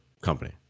company